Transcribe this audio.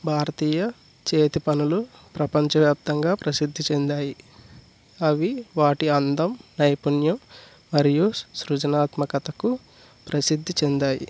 భారతీయ చేతి పనులు ప్రపంచవ్యాప్తంగా ప్రసిద్ధి చెందాయి అవి వాటి అందం నైపుణ్యం మరియు సృ సృజనాత్మకతకు ప్రసిద్ధి చెందాయి